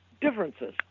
differences